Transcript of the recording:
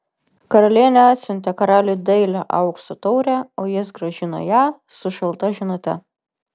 karalienė atsiuntė karaliui dailią aukso taurę o jis grąžino ją su šalta žinute